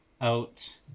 out